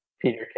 peter